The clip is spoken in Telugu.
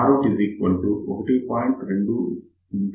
2RL ఎంచుకోవాలి